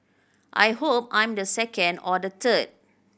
I hope I'm the second or the third